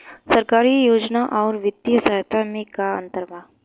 सरकारी योजना आउर वित्तीय सहायता के में का अंतर बा?